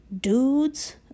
dudes